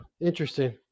interesting